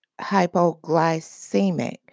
hypoglycemic